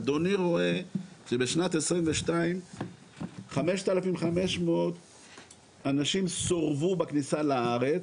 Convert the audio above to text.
אדוני רואה שבשנת 2022 5,500 אנשים סורבו לכניסה לארץ,